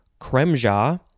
kremja